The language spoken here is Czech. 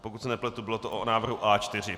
Pokud se nepletu, bylo to o návrhu A4.